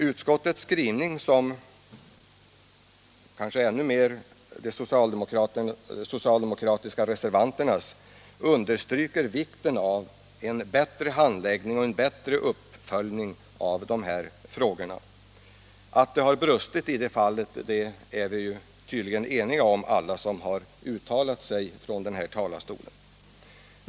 Utskottets skrivning, och kanske ännu mer de socialdemokratiska reservanternas, understryker vikten av en bättre handläggning och en bättre uppföljning av de här frågorna. Att det har brustit i det fallet är tydligen alla vi som har uttalat oss från denna talarstol eniga om.